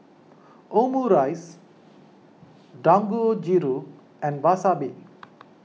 Omurice Dangojiru and Wasabi